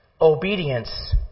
Obedience